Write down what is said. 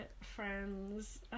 friends